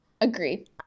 agreed